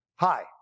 Hi